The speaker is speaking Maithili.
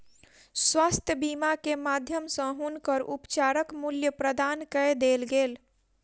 स्वास्थ्य बीमा के माध्यम सॅ हुनकर उपचारक मूल्य प्रदान कय देल गेल